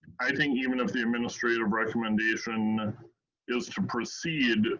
i think even if the administration recommendation is to proceed,